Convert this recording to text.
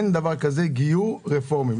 אין דבר כזה גיור רפורמי.